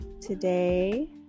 Today